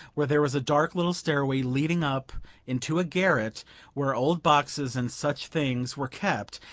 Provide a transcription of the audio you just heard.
where there was a dark little stairway leading up into a garret where old boxes and such things were kept,